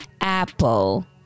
Apple